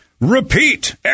repeat